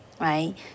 right